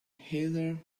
heather